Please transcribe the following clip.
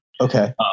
Okay